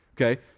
okay